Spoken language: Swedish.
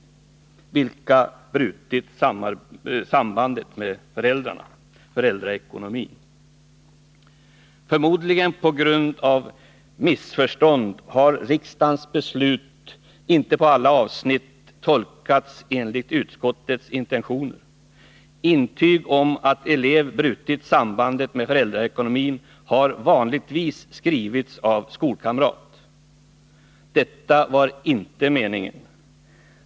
Förmodligen på grund av missförstånd har riksdagens beslut inte i alla avsnitt tolkats enligt utskottets intentioner. Intyg om att elev brutit sambandet med föräldraekonomin har vanligtvis skrivits av skolkamrat. Detta var inte meningen.